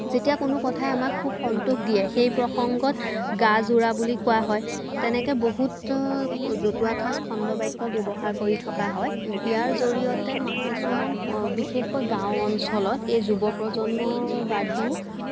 যেতিয়া কোনো কথাই আমাক খুব সন্তোষ দিয়ে সেই প্ৰসংগত গা জোৰা বুলি কোৱা হয় তেনেকে বহুতো জতুৱা ঠাঁচ খণ্ডবাক্য ব্যৱহাৰ কৰি থকা হয় ইয়াৰ জৰিয়তে মা কিছুমান বিশেষকৈ গাঁও অঞ্চলত এই যুৱ প্ৰজন্মৰ বাদ দিও